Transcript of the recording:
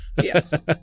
Yes